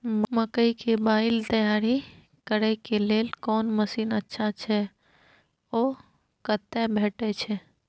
मकई के बाईल तैयारी करे के लेल कोन मसीन अच्छा छै ओ कतय भेटय छै